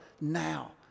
now